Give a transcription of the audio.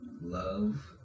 love